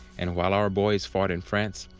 and while our boys fought in france,